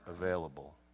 available